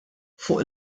fuq